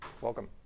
welcome